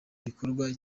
gikorwa